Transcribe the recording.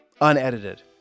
unedited